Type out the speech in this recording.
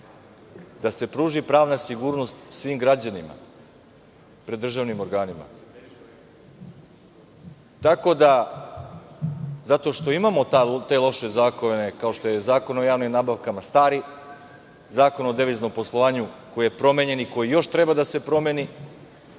da se pruži pravna sigurnost svim građanima pred državnim organima. Zato što imamo te loše zakone, kao što je stari Zakon o javnim nabavkama, Zakon o deviznom poslovanju koji je promenjen i koji još treba da se promeni,